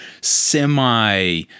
semi